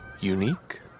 unique